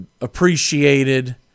appreciated